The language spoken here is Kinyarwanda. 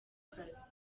kazi